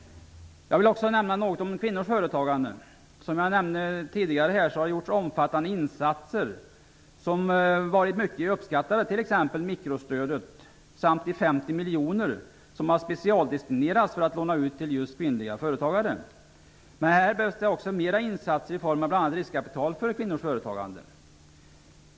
Jag vill också nämna något om kvinnors företagande. Som jag nämnde tidigare har det gjorts omfattande insatser som har varit mycket uppskattade, t.ex. mikrostödet samt de 50 miljoner som har specialdestinerats för att lånas ut just till kvinnliga företagare. Här behövs det också mera insatser i form av bl.a. riskkapital för kvinnors företagande.